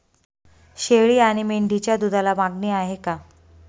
शेळी आणि मेंढीच्या दूधाला मागणी आहे का?